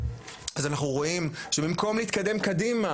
אז אנחנו רואים שבמקום להתקדם קדימה